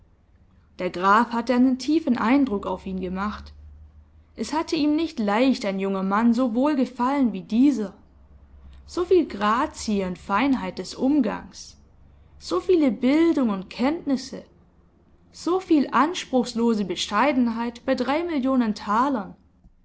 der graf hatte einen tiefen eindruck auf ihn gemacht es hatte ihm nicht leicht ein junger mann so wohl gefallen wie dieser so viel grazie und feinheit des umgangs so viele bildung und kenntnisse so viel anspruchslose bescheidenheit bei drei millionen talern